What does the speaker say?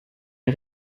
les